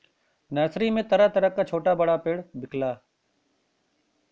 nursery में तरह तरह क छोटा बड़ा पेड़ बिकला